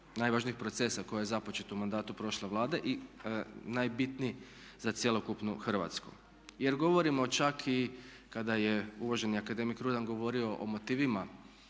najvažnijh procesa koji je započeto u mandatu prošle Vlade i najbitniji za cjelokupnu Hrvatsku. Jer govorimo čak i kada je uvaženi akademik Rudan govorio o motivima